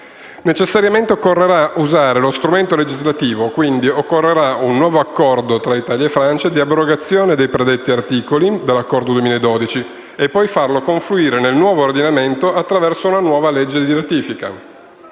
Necessariamente occorrerà usare lo strumento legislativo: occorrerà, quindi, un nuovo accordo tra Italia e Francia di abrogazione dei predetti articoli dell'accordo del 2012, da far poi confluire nel nostro ordinamento attraverso una nuova legge di ratifica.